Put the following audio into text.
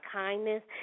kindness